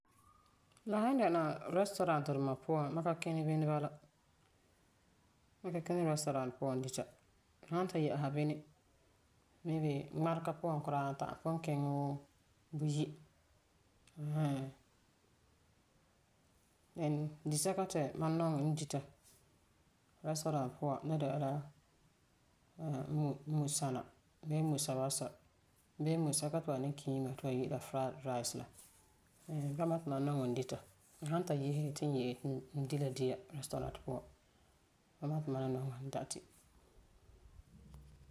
La san restaurant duma puan, ma ka kini bini bala. Mam ka kini restaurant. N san yɛ'ɛsa bini, maybe ŋmarega puan kuraa, n ta'am pugum kiŋɛ wuu buyi aa haa. And disɛka ti mam nɔŋɛ n dita restaurant puan ni dɛna la 'ui, musana bee musawasa. Bee musɛka ti ba kiim ba ti ba yi'ira ti friedrice la bama ti mam nɔŋɛ n dita ɛɛn hɛɛn. N san ta yese ti n ye ti n di la dia restaurant puan, bama ti mam ni nɔŋɛ n da di.